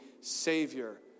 Savior